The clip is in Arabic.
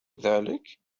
ذلك